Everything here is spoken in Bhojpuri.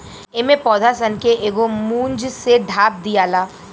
एमे पौधा सन के एगो मूंज से ढाप दियाला